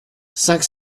cinq